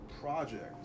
project